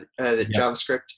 JavaScript